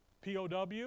POW